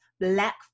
Black